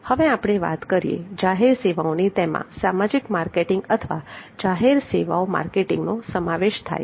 હવે આપણે વાત કરીએ જાહેર સેવાઓની તેમાં સામાજિક માર્કેટિંગ અથવા જાહેર સેવાઓ માર્કેટિંગ નો સમાવેશ થાય છે